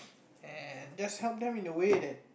and just help them in a way that